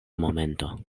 momento